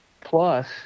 plus